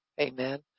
Amen